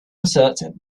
certain